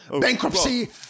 Bankruptcy